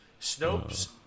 Snopes